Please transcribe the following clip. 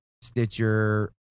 Stitcher